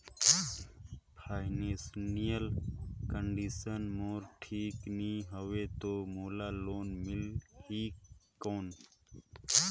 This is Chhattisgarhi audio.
फाइनेंशियल कंडिशन मोर ठीक नी हवे तो मोला लोन मिल ही कौन??